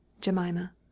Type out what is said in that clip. jemima